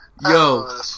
Yo